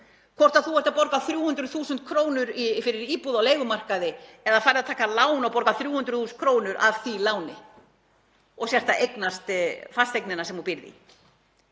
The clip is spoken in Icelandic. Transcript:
hvort þú ert að borga 300.000 kr. fyrir íbúð á leigumarkaði eða færð að taka lán og borga 300.000 kr. af því láni og sért þá að eignast fasteignina sem þú býrð